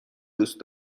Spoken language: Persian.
دوست